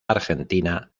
argentina